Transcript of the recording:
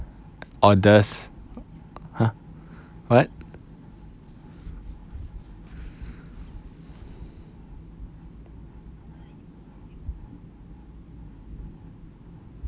oddest !huh! what